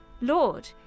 Lord